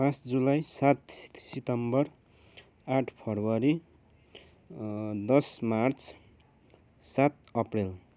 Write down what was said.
पाँच जुलाई सात सेप्टेम्बर आठ फेब्रुअरी दस मार्च सात अप्रेल